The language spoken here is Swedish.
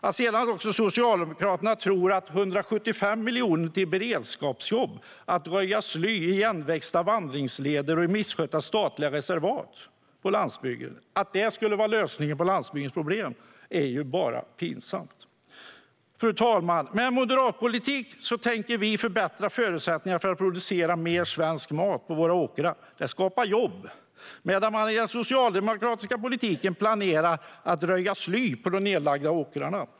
Att Socialdemokraterna tror att 175 miljoner till beredskapsjobb, att röja sly i igenväxta vandringsleder och i misskötta statliga reservat, skulle vara lösningen på landsbygdens problem är ju bara pinsamt. Fru talman! Med vår politik tänker vi moderater förbättra förutsättningarna att producera mer svensk mat på våra åkrar, vilket skapar jobb, medan Socialdemokraterna med sin politik planerar att röja sly på de igenlagda åkrarna.